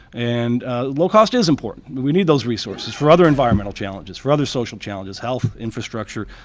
and low cost is important. we need those resources for other environmental challenges, for other social challenges, health, infrastructure,